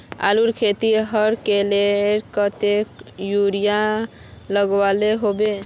आलूर खेतीत हर किलोग्राम कतेरी यूरिया लागोहो होबे?